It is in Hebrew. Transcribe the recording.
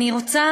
אני רוצה